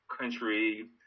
country